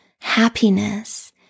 happiness